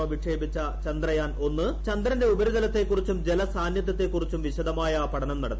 O വിക്ഷേപിച്ച ചന്ദ്രയാൻ ഒന്ന് ചന്ദ്രന്റെ ഉപരി തലത്തെക്കുറിച്ചും ജലസാന്നിദ്ധ്യത്തെക്കുറിച്ചും വിശദമായ പഠനം നടത്തി